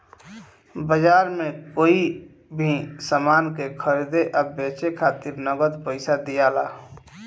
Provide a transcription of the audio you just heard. बाजार में कोई भी सामान के खरीदे आ बेचे खातिर नगद पइसा दियाला